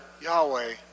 Yahweh